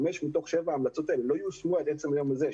חמש מתוך שבע ההמלצות האלה לא יושמו עד עצם היום הזה.